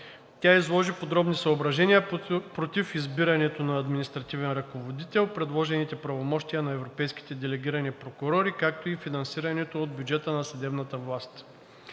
Тя изложи подробни съображения против избирането на административен ръководител, предложените правомощия на европейските делегирани прокурори, както и финансирането от бюджета на съдебната власт.